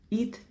Eat